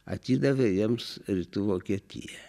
atidavė jiems rytų vokietiją